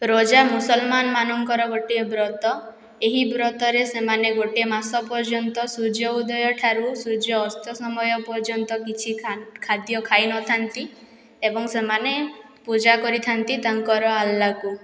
ରୋଜା ମୁସଲମାନ ମାନଙ୍କର ଗୋଟିଏ ବ୍ରତ ଏହି ବ୍ରତରେ ସେମାନେ ଗୋଟେ ମାସ ପର୍ଯ୍ୟନ୍ତ ସୂର୍ଯ୍ୟ ଉଦୟଠାରୁ ସୂର୍ଯ୍ୟ ଅସ୍ତ ସମୟ ପର୍ଯ୍ୟନ୍ତ କିଛି ଖାଦ୍ୟ ଖାଇନଥାନ୍ତି ଏବଂ ସେମାନେ ପୂଜା କରିଥାଆନ୍ତି ତାଙ୍କର ଆଲ୍ଲାକୁ